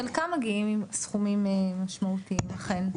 חלקם מגיעים עם סכומים משמעותיים, אכן.